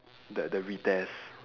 the the retest